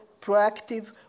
proactive